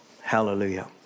hallelujah